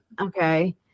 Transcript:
Okay